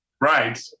Right